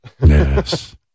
Yes